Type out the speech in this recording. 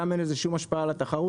גם אין לזה שום השפעה על התחרות,